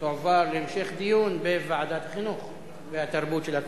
תועבר להמשך דיון בוועדת החינוך והתרבות של הכנסת.